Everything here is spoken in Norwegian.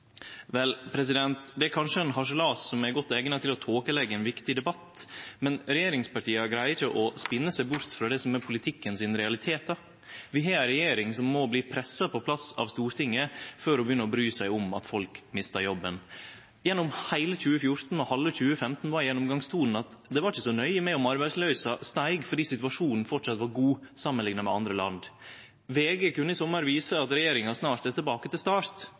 Vel, det er kanskje ein harselas som er godt eigna til å tåkeleggje ein viktig debatt, men regjeringspartia greier ikkje å spinne seg bort frå det som er politikken sine realitetar. Vi har ei regjering som må bli pressa på plass av Stortinget før ho begynner å bry seg om at folk mistar jobben. Gjennom heile 2014 og halve 2015 var gjennomgangstonen at det var ikkje så nøye om arbeidsløysa steig, fordi situasjonen fortsett var god samanlikna med andre land. VG kunne i sommar vise at regjeringa snart er tilbake til start